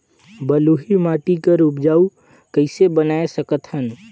बलुही माटी ल उपजाऊ कइसे बनाय सकत हन?